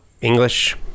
English